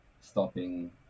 stopping